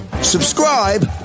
Subscribe